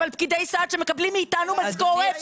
אבל פקידי סעד שמקבלים מאיתנו משכורת,